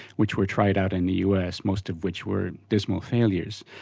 which were tried out in the us, most of which were dismal failures,